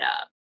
up